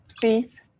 Please